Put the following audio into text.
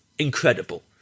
incredible